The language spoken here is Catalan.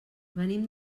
venim